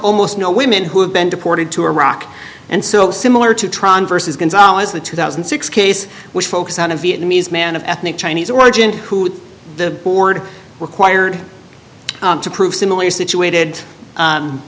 almost no women who have been deported to iraq and so similar to tron versus the two thousand and six case which focused on a vietnamese man of ethnic chinese origin who the board required to prove similarly situated